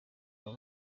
baba